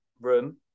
room